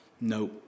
No